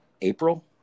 April